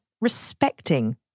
respecting